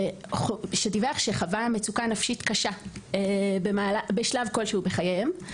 שדיווח שחווה מצוקה נפשית קשה בשלב כלשהו בחייו.